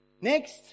Next